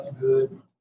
good